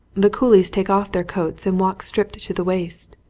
the coolies take off their coats and walk stripped to the waist.